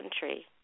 country